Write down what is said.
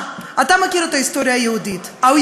אתם מכירים את הסיפור שלה כמובן,